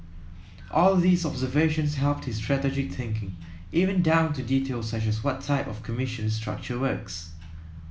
all these observations helped his strategic thinking even down to details such as what type of commission structure works